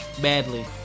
badly